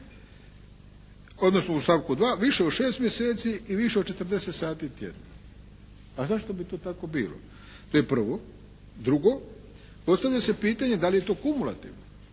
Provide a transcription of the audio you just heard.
odnosno u stavku 2. više od šest mjeseci i više od 40 sati tjedno. A zašto bi to tako bilo? To je prvo. Drugo, postavlja se pitanje da li je to kumulativno.